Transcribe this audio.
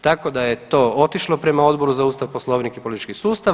Tako da je to otišlo prema Odboru za Ustav, Poslovnik i politički sustav.